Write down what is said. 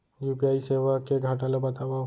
UPI सेवा के घाटा ल बतावव?